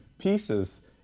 pieces